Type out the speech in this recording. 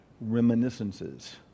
reminiscences